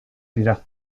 dira